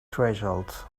threshold